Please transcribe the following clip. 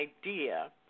idea